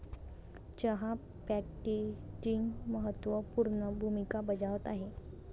चहा पॅकेजिंग महत्त्व पूर्ण भूमिका बजावत आहे